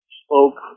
spoke